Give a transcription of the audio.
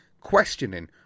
questioning